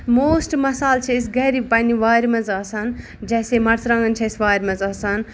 most مَسالہٕ چھِ أسۍ گرِ پَنٕنہِ وارِ منٛز آسان جیسے مرژٕوانگن چھِ اَسہِ وارِ منٛز آسان